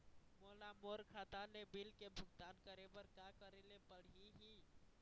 मोला मोर खाता ले बिल के भुगतान करे बर का करेले पड़ही ही?